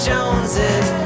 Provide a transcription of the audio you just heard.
Joneses